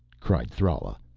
cried thrala.